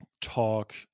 talk